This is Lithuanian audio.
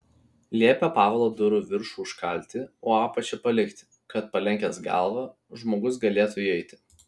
liepė pavlo durų viršų užkalti o apačią palikti kad palenkęs galvą žmogus galėtų įeiti